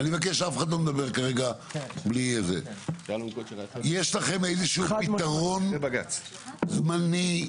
יש לכם איזשהו פתרון זמני,